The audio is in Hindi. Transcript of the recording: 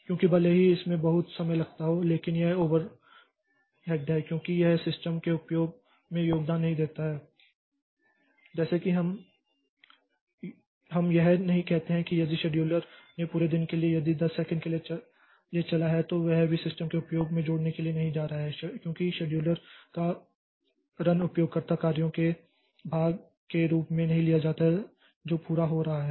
क्योंकि भले ही इसमें बहुत समय लगता हो लेकिन यह ओवरहेड है क्योंकि यह सिस्टम के उपयोग में योगदान नहीं देता है जैसे कि हम यह नहीं कहते हैं कि यदि शेड्यूलर ने पूरे दिन के लिए यदि 10 सेकंड के लिए चला है तो यह भी सिस्टम के उपयोग में जोड़ने के लिए नहीं जा रहा है क्योंकि यह शेड्यूलर का रन उपयोगकर्ता कार्यों के भाग के रूप में नहीं लिया जाता है जो पूरा हो रहा है